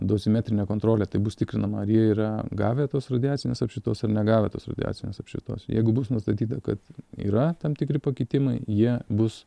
dozimetrinė kontrolė tai bus tikrinama ar jie yra gavę tos radiacinės apšvitos ar negavę tos radiacinės apšvitos jeigu bus nustatyta kad yra tam tikri pakitimai jie bus